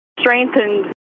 strengthened